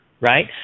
right